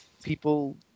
People